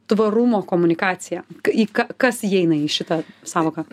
tvarumo komunikacija į ką kas įeina į šitą sąvoką